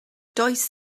does